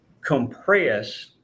compress